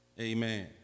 Amen